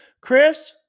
Chris